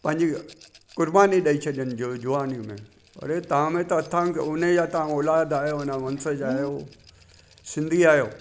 पांजी कुरबानी ॾेई छॾनि जवानी में अरे तव्हां में त अथनि उन जी तव्हां औलाद आहियो उन या वंशज आहियो सिंधी आहियो